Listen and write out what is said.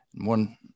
One